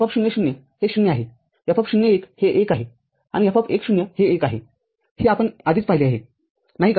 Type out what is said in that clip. तर आपण पाहिले आहे की F00 हे ० आहे F0१ हे १ आहेआणि F१0 हे १ आहे आपण हे आधीच पाहिले आहे नाही का